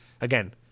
again